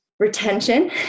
Retention